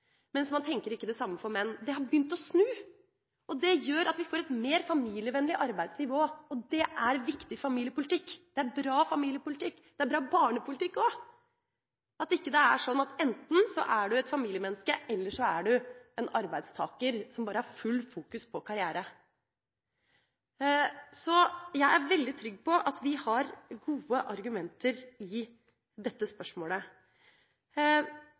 mens man ikke tenker det samme om menn. Det har begynt å snu, og det gjør at vi får et mer familievennlig arbeidsliv. Det er viktig familiepolitikk, det er bra familiepolitikk, det er bra barnepolitikk også, at det ikke er slik at enten er man et familiemenneske, eller så er man en arbeidstaker som har fullt fokus på karriere. Jeg er veldig trygg på at vi har gode argumenter i dette spørsmålet.